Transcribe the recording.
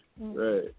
Right